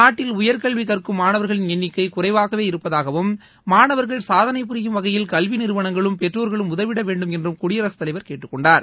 நாட்டில் உயர்கல்வி கற்கும் மாணவர்களின் எண்ணிக்கை குறைவாகவே இருப்பதாகவும் மாணவர்கள் சாதனை புரியும் வகையில் கல்வி நிறுவனங்களும் பெற்றோர்களும் உதவிட வேண்டும் என்று குடியரசு தலைவர் கேட்டுக்கொண்டார்